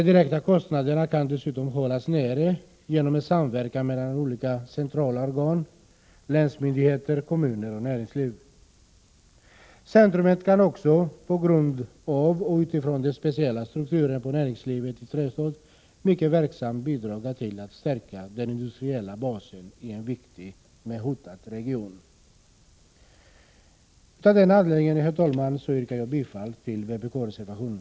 De direkta kostnaderna kan dessutom hållas nere genom en samverkan mellan olika centrala organ, länsmyndigheter, kommuner och näringsliv. Centrumet kan också, på grund av och utifrån den speciella strukturen på näringslivet i trestadsområdet, mycket verksamt bidra till att stärka den industriella basen i en viktig men hotad region. Herr talman! Av dessa anledningar yrkar jag bifall till vpk-reservationen.